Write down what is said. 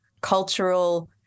cultural